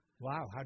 Wow